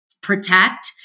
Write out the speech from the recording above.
protect